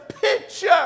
picture